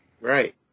Right